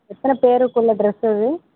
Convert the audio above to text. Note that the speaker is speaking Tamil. எத்தனை பேருக்குள்ள ட்ரெஸ் அது